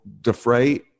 defray